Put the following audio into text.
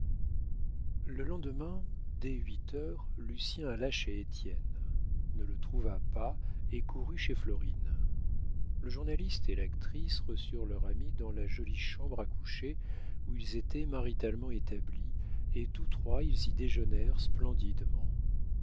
le lendemain dès huit heures lucien alla chez étienne ne le trouva pas et courut chez florine le journaliste et l'actrice reçurent leur ami dans la jolie chambre à coucher où ils étaient maritalement établis et tous trois ils y déjeunèrent splendidement